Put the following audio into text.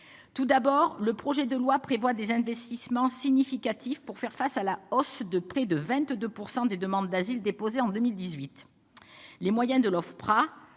Tout d'abord, le projet de loi de finances prévoit des investissements significatifs pour faire face à la hausse de près de 22 % des demandes d'asile déposées en 2018. Les moyens de l'Ofpra